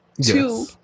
Two